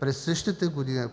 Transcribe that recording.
През същата година